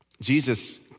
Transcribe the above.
Jesus